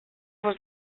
was